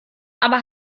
aber